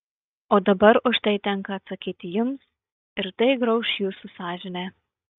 o dabar už tai tenka atsakyti jums ir tai grauš jūsų sąžinę